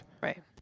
Right